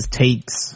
takes